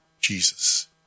Jesus